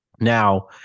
Now